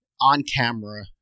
on-camera